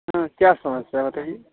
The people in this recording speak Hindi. हाँ क्या समस्या बताइए